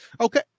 Okay